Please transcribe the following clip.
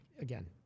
Again